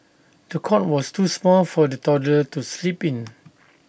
the cot was too small for the toddler to sleep in